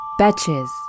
Batches